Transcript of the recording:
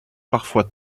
parfois